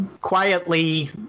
quietly